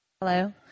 Hello